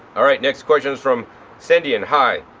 alright, next question is from cindian. hi,